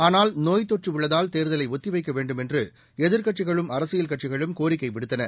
ஆனால் நோய்த்தொற்று உள்ளதால் தேர்தலை ஒத்தி வைக்க வேண்டும் என்று எதிர்க்கட்சிகளும் அரசியல் கட்சிகளும் கோரிக்கை விடுத்தன